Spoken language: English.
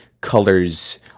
colors